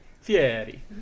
Fieri